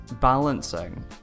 balancing